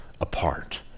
apart